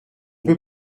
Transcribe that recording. peut